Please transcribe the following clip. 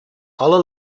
alle